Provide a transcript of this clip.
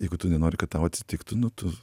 jeigu tu nenori kad tau atsitiktų nu tu